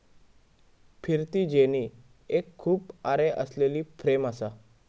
फिरती जेनी एक खूप आरे असलेली फ्रेम असा